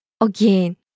Again